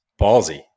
ballsy